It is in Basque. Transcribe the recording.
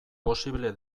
posible